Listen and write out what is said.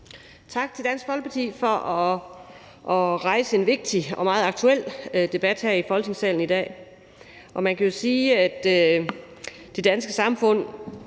Tak til Dansk Folkeparti for at rejse en vigtig og meget aktuel debat her i Folketingssalen i dag. Man kan jo sige, at det danske samfund